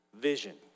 vision